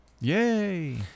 yay